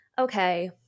okay